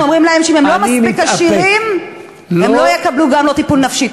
אנחנו אומרים להם שאם הם לא מספיק עשירים הם לא יקבלו גם לא טיפול נפשי.